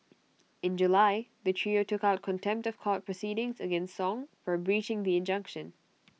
in July the trio took out contempt of court proceedings against song for breaching the injunction